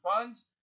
funds